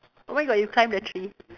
oh my god you climbed the tree